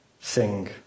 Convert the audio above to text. sing